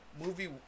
movie